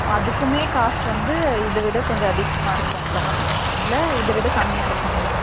அதுக்குமே காஸ்ட் வந்து இதை விட கொஞ்சம் அதிகமாக இருக்கும்ங்களா இல்லை இதை விட கம்மியாக இருக்கும்ங்களா